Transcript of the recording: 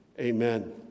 amen